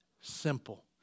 Simple